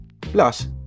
Plus